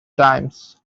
times